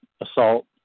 assault